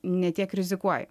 ne tiek rizikuoji